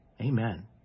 Amen